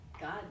God